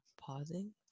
pausing